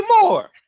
more